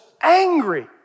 angry